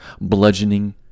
bludgeoning